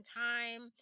time